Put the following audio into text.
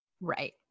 Right